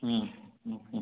হুম হুম হুম